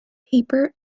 paper